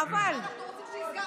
חבל.